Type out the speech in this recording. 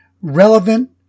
relevant